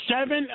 seven